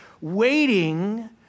waiting